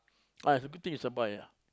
ah it's a good thing it's a boy ah